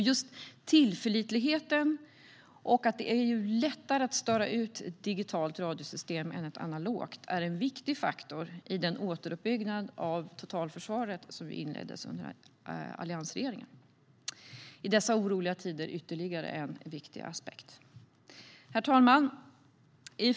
Just tillförlitligheten och att det är lättare att störa ut ett digitalt radiosystem än ett analogt är en viktig faktor i den återuppbyggnad av totalförsvaret som inleddes under alliansregeringen. Det är i dessa oroliga tider ytterligare en viktig aspekt. Herr talman!